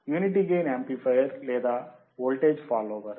unity gain amplifier లేదా voltage follower